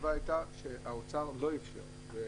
התשובה הייתה שהאוצר לא אפשר.